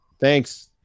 Thanks